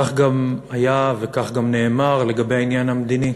כך גם היה וכך גם נאמר לגבי העניין המדיני.